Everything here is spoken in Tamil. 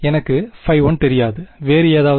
எனக்கு 1 தெரியாது வேறு எதாவது